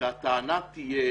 שהטענה תהיה